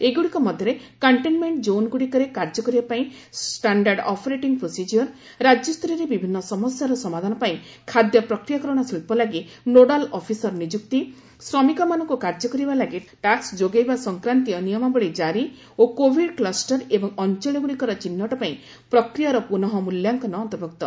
ଏଗ୍ରଡ଼ିକ ମଧ୍ୟରେ କଣ୍ଟେନ୍ମେଣ୍ଟ ଜୋନ୍ଗୁଡ଼ିକରେ କାର୍ଯ୍ୟ କରିବା ପାଇଁ ଷ୍ଟାଶ୍ଡାର୍ଡ୍ ଅପରେଟିଂ ପ୍ରୋସିଜିଓର ରାଜ୍ୟ ସ୍ତରରେ ବିଭିନ୍ନ ସମସ୍ୟାର ସମାଧାନ ପାଇଁ ଖାଦ୍ୟ ପ୍ରକ୍ରିୟାକରଣ ଶିଳ୍ପ ଲାଗି ନୋଡାଲ୍ ଅଫିସର ନିଯୁକ୍ତି ଶ୍ରମିକମାନଙ୍କୁ କାର୍ଯ୍ୟ କରିବା ଲାଗି ଟାସ୍କ ଯୋଗାଇବା ସଂକ୍ରାନ୍ତୀୟ ନିୟମାବଳୀ ଜାରି ଓ କୋଭିଡ୍ କ୍ଲଷ୍ଟର ଏବଂ ଅଞ୍ଚଳଗୁଡ଼ିକର ଚିହ୍ନଟ ପାଇଁ ପ୍ରକ୍ରିୟାର ପୁନଃ ମଲ୍ୟାଙ୍କନ ଅନ୍ତର୍ଭୂକ୍ତ